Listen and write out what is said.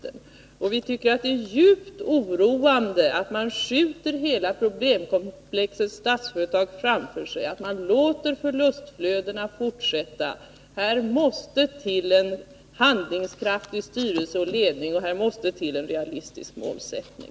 Enligt vår mening är det djupt oroande att man skjuter hela problemkomplexet Statsföretag framför sig, att man låter förlustflödena fortsätta. Här måste det till en handlingskraftig styrelse och ledning, och här måste det också till en realistisk målsättning.